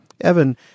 Evan